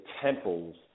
temples